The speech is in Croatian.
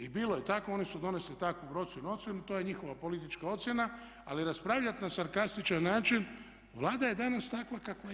I bilo je tako, oni su donesli takvu procjenu ocjenu, to je njihova politička ocjena ali raspravljati na sarkastičan način, Vlada je danas takva kakva je.